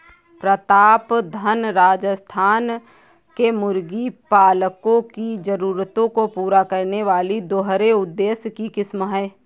प्रतापधन राजस्थान के मुर्गी पालकों की जरूरतों को पूरा करने वाली दोहरे उद्देश्य की किस्म है